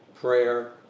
prayer